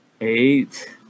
eight